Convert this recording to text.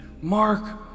Mark